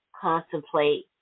contemplate